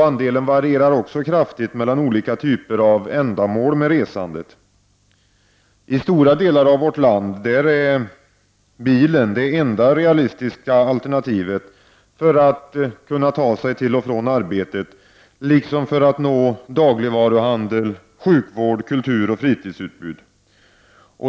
Andelen varierar också kraftigt mellan olika typer av ändamål med resandet. I stora delar av vårt land är bil det enda realistiska alternativet för att man skall kunna ta sig till och från arbetet, liksom för att nå dagligvaruhandel, sjukvård, kulturoch fritidsutbud.